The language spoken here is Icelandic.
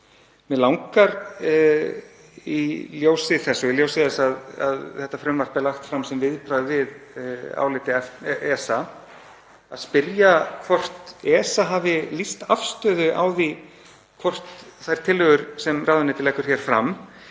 þess, og í ljósi þess að þetta frumvarp er lagt fram sem viðbragð við áliti ESA, að spyrja hvort ESA hafi lýst afstöðu til þess hvort þær tillögur sem ráðuneytið leggur hér fram